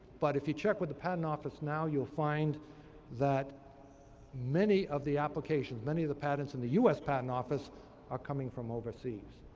but if you check with the patent office now, you'll find that many of the applications, many of the patents in the us patent office are coming from overseas.